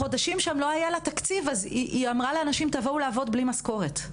שחודשים לא היה לה תקציב אז היא ביקשה מהאנשים לבוא לעבוד בלי משכורת.